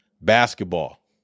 Basketball